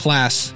Class